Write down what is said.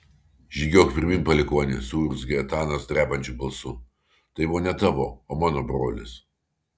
žygiuok pirmyn palikuoni suurzgė etanas drebančiu balsu tai buvo ne tavo o mano brolis